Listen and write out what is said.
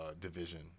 division